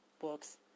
books